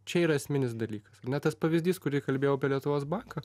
čia yra esminis dalykas ane tas pavyzdys kurį kalbėjau apie lietuvos banką